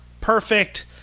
perfect